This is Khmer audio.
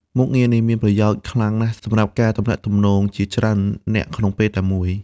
មុខងារនេះមានប្រយោជន៍ខ្លាំងណាស់សម្រាប់ការទំនាក់ទំនងជាច្រើននាក់ក្នុងពេលតែមួយ។